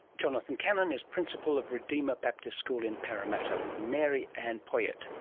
jonathan cannon is principal of redeemer baptist school in parramatta, with mary-anne and poyitt,